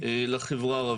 לחברה הערבית.